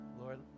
Lord